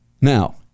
Now